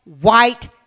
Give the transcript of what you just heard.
white